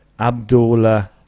Abdullah